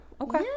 okay